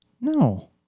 no